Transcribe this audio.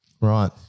Right